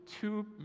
two